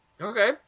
Okay